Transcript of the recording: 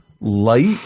light